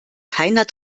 keiner